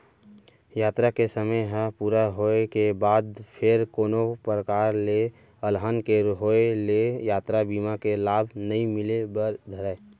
यातरा के समे ह पूरा होय के बाद फेर कोनो परकार ले अलहन के होय ले यातरा बीमा के लाभ नइ मिले बर धरय